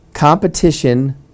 Competition